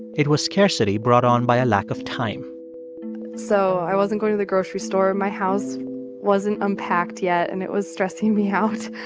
it was scarcity brought on by a lack of time so i wasn't going to the grocery store. my house wasn't unpacked yet. and it was stressing me out.